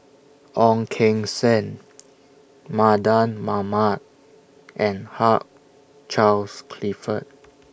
Ong Keng Sen Mardan Mamat and Hugh Charles Clifford